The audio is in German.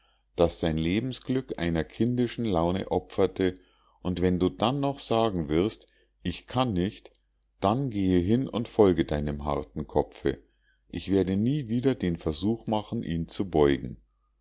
das sein lebensglück einer kindischen laune opferte und wenn du dann noch sagen wirst ich kann nicht dann gehe hin und folge deinem harten kopfe ich werde nie wieder den versuch machen ihn zu beugen